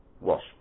wash